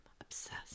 obsessed